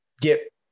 get